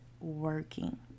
working